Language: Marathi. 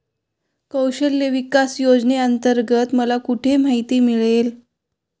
कौशल्य विकास योजनेअंतर्गत मला कुठे माहिती मिळेल?